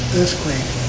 earthquake